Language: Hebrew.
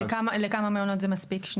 לכמה מעונות זה מספיק?